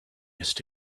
used